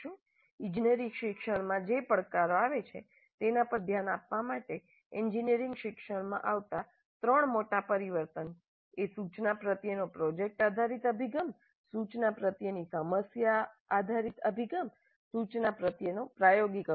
ઇજનેરી શિક્ષણમાં જે પડકારો આવે છે તેના પર ધ્યાન આપવા માટે એન્જિનિયરિંગ શિક્ષણમાં આવતા ત્રણ મોટા પરિવર્તન એ સૂચના પ્રત્યેનો પ્રોજેક્ટ આધારિત અભિગમ સૂચના પ્રત્યેની સમસ્યાનો આધારિત અભિગમ સૂચના તરફનો પ્રાયોગિક અભિગમ છે